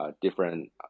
different